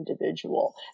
individual